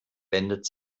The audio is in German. wendet